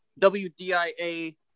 WDIA